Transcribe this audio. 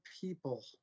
people